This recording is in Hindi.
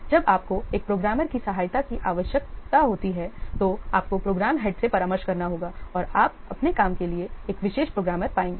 जब आपको एक प्रोग्रामर की सहायता की आवश्यकता होती है तो आपको प्रोग्राम हेड से परामर्श करना होगा और आप अपने काम के लिए एक विशेष प्रोग्रामर पाएंगे